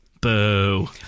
Boo